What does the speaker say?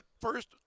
first